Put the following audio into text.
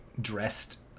dressed